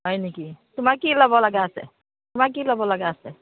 হয় নেকি তোমাৰ কি ল'ব লগা আছে তোমাৰ কি ল'ব লগা আছে